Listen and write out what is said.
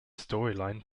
storyline